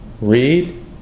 read